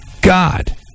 God